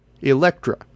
Electra